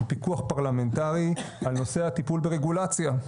פיקוח פרלמנטרי על נושא הטיפול ברגולציה.